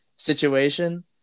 situation